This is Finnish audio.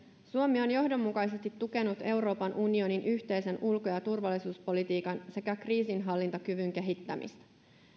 suomi on johdonmukaisesti tukenut euroopan unionin yhteisen ulko ja turvallisuuspolitiikan sekä kriisinhallintakyvyn kehittämistä